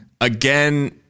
again